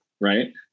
right